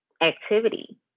activity